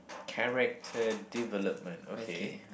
character development okay